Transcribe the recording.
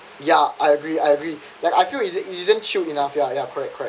ya I agree I agree that I feel it isn't isn't chilled enough ya ya correct correct